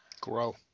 grow